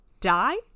died